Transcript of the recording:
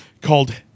called